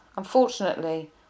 Unfortunately